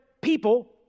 people